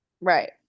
right